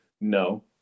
No